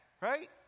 right